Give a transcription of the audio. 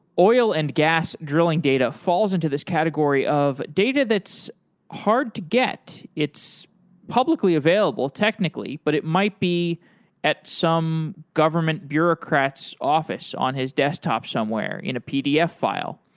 oil and gas drilling data falls into this category of data that's hard to get, it's publicly available technically but it might be at some government bureaucrat's office on his desktop somewhere in a pdf file.